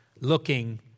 looking